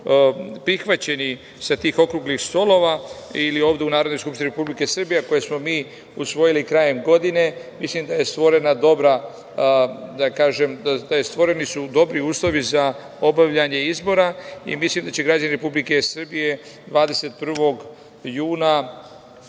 prihvaćeni sa tih okruglih stolova ili ovde u Narodnoj skupštini Republike Srbije, a koje smo mi usvojili krajem godine, mislim da su stvoreni dobri uslovi za obavljanje izbora i mislim da će građani Republike Srbije 21. juna